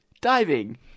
diving